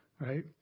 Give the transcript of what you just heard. Right